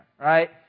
right